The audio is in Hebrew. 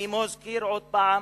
אני מזכיר עוד פעם,